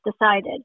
decided